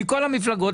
מכל המפלגות,